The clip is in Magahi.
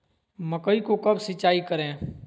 मकई को कब सिंचाई करे?